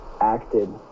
acted